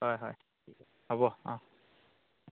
হয় হয় ঠিক আছে হ'ব অ'